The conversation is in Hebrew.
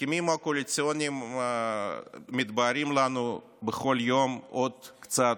ההסכמים הקואליציוניים מתבהרים לנו בכל יום עוד קצת.